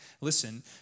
Listen